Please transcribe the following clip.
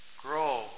grow